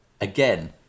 again